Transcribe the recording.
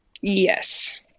Yes